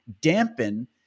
dampen